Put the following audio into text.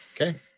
Okay